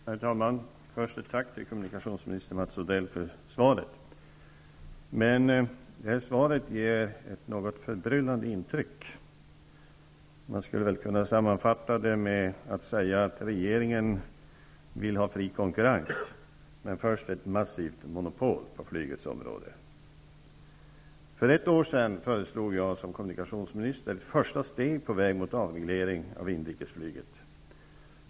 Herr talman! Först ett tack till kommunikationsministern för svaret. Men detta svar ger ett något förbryllande intryck. Man skulle väl kunna sammanfatta det med att säga att regeringen vill ha fri konkurrens, men först ett massivt monopol på flygets område. För ett år sedan föreslog jag som kommunikationsminister ett första steg på väg mot avreglering av inrikesflyget.